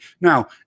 Now